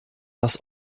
das